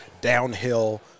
downhill